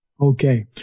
okay